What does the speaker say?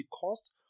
cost